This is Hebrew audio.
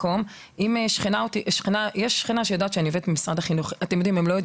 יש לי שכנה שעובדת במשרד החינוך וכמובן שהיא לא בדיוק